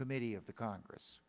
committee of the congress